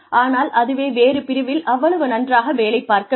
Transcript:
ஆனால் அதுவே வேறு பிரிவில் அவ்வளவு நன்றாக வேலைப் பார்க்கவில்லை